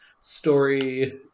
story